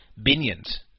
Binion's